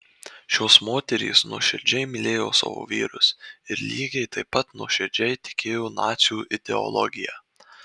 šios moterys nuoširdžiai mylėjo savo vyrus ir lygiai taip pat nuoširdžiai tikėjo nacių ideologija